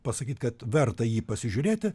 pasakyti kad verta jį pasižiūrėti